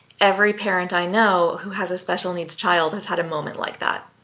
every parent i know who has a special needs child has had a moment like that.